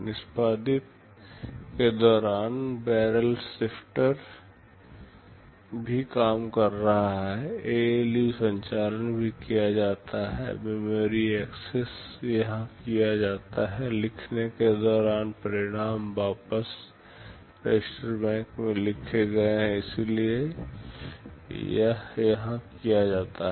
निष्पादित के दौरान बैरल शिफ्टर भी काम कर रहा है ALU संचालन भी किया जाता है मेमोरी एक्सेस यहां किया जाता है लिखने के दौरान परिणाम वापस रजिस्टर बैंक में लिखे गए हैं इसलिए यह यहाँ किया जाता है